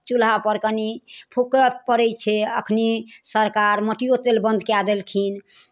चूल्हापर कनि फूकय पड़ै छै एखनि सरकार मटिओ तेल बन्द कए देलखिन